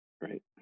right